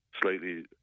slightly